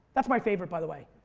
that's my favorite by the way.